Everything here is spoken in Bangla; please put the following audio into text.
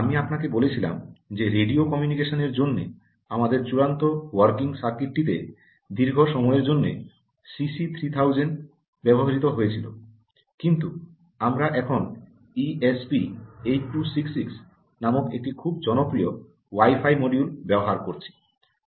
আমি আপনাকে বলেছিলাম যে রেডিও কমিউনিকেশনের জন্য আমাদের চূড়ান্ত ওয়ার্কিং সার্কিটতে দীর্ঘ সময়ের জন্য সিসি 3000 ব্যবহৃত হয়েছিল কিন্তু আমরা এখন ই এস পি 8266 নামক একটি খুব জনপ্রিয় ওয়াই ফাই মডিউল ব্যবহার করছি